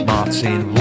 Martin